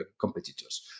competitors